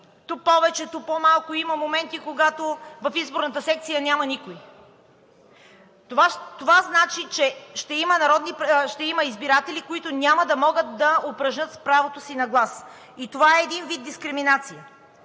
ту повече, ту по-малко. Има моменти, когато в изборната секция няма никой. Това значи, че ще има избиратели, които няма да могат да упражнят правото си на глас. И това е един вид дискриминация.